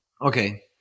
Okay